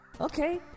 Okay